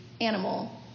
animal